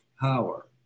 power